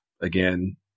again